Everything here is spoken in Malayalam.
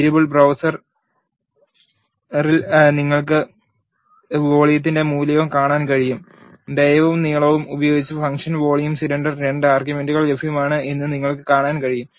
വേരിയബിൾ ബ്ര browser സറിൽ നിങ്ങൾക്ക് വോളിയത്തിന്റെ മൂല്യവും കാണാൻ കഴിയും ഡയയും നീളവും ഉപയോഗിച്ച് ഫംഗ്ഷൻ വോളിയം സിലിണ്ടർ രണ്ട് ആർഗ്യുമെന്റുകൾ ലഭ്യമാണ് എന്നും നിങ്ങൾക്ക് കാണാൻ കഴിയും